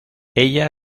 ella